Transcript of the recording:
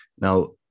Now